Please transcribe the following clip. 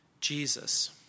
Jesus